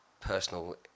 personal